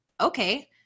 okay